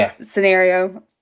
scenario